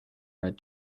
red